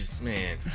Man